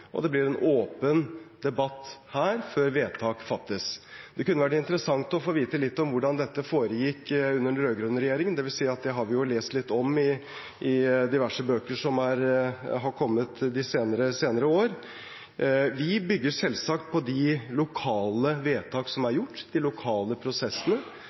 og det blir en åpen debatt her før vedtak fattes. Det kunne vært interessant å få vite litt om hvordan dette foregikk under den rød-grønne regjeringen, dvs. det har vi jo lest litt om i diverse bøker som har kommet de senere år. Vi bygger selvsagt på de lokale vedtak som er gjort, de lokale prosessene.